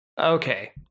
Okay